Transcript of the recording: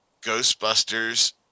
Ghostbusters